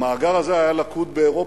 המאגר הזה היה לכוד באירופה.